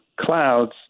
clouds